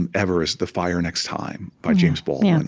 and ever is the fire next time, by james baldwin,